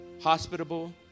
hospitable